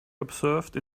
observed